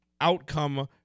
outcome